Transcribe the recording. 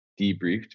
debriefed